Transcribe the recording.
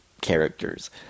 characters